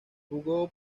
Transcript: jugó